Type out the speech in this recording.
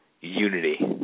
unity